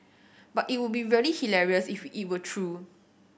but it would be really hilarious if it were true